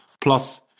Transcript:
Plus